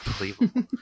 unbelievable